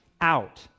out